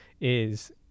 is-